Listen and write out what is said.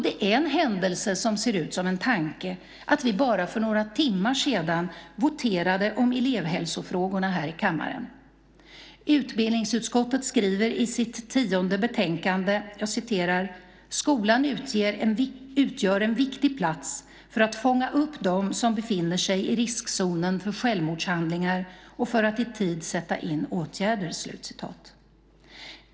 Det är en händelse som ser ut som en tanke att vi för bara några timmar sedan voterade om elevhälsofrågorna här i kammaren. Utbildningsutskottet skriver i sitt tionde betänkande: "Skolan utgör en viktig plats för att fånga upp dem som befinner sig i riskzonen för självmordshandlingar och för att i tid sätta in åtgärder."